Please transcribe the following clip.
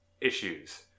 issues